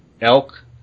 elk